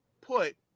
put